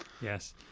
Yes